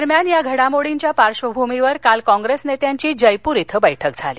दरम्यान या घडामोडींच्या पार्श्वभूमीवर काल कॉप्रेस नेत्यांची जयप्र इथं बैठक झाली